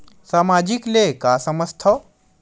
सामाजिक ले का समझ थाव?